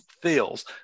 feels